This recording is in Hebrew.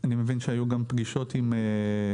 אני מבין שהיו גם פגישות עם אדוני.